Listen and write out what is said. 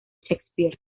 shakespeare